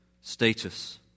status